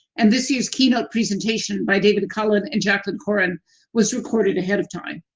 and this year's keynote presentation by david cullen and jaclyn corin was recorded ahead of time.